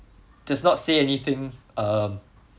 does not say anything um